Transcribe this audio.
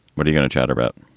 what are you gonna chat about?